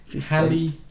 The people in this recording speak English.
Halle